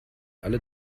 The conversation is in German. alle